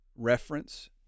reference